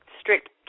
strict